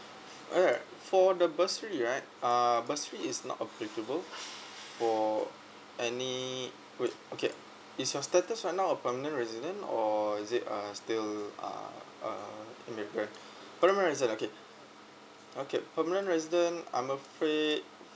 alright for the bursary right uh bursary is not applicable for any wait okay is your status right now a permanent resident or is it a still uh uh immigrant permanent resident okay okay permanent resident I'm afraid